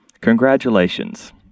congratulations